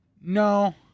no